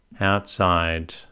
Outside